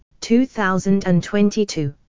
2022